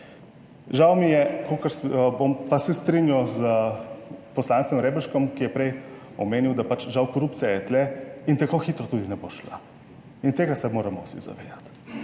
Žal mi je, bom pa se strinjal s poslancem Reberškom, ki je prej omenil, da pač žal korupcija je tu in tako hitro tudi ne bo šla. In tega se moramo vsi zavedati.